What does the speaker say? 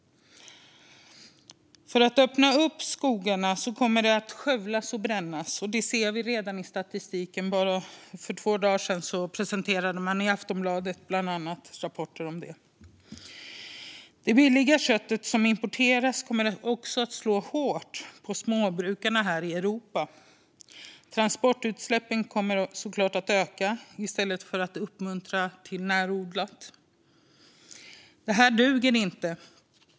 För att öppna upp skogarna kommer det att skövlas och brännas, vilket vi redan ser i statistiken. För bara ett par dagar sedan presenterade bland annat Aftonbladet rapporter om det. Det billiga köttet som importeras kommer också att slå hårt mot småbrukarna här i Europa, och transportutsläppen kommer såklart att öka. I stället borde vi uppmuntra till närodlat. Nej, detta duger inte.